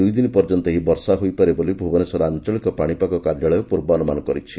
ଦୁଇଦିନ ପର୍ଯ୍ୟନ୍ତ ଏହି ବର୍ଷା ହୋଇପାରେ ବୋଲି ଭୁବନେଶ୍ୱର ଆଞ୍ଞଳିକ ପାଣିପାଗ କାର୍ଯ୍ୟାଳୟ ପୂର୍ବାନୁମାନ କରିଛି